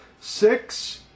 six